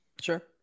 Sure